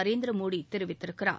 நரேந்திர மோடி தெரிவித்திருக்கிறார்